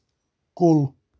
کُل